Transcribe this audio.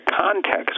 context